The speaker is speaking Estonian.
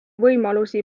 võimalusi